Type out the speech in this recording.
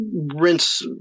rinse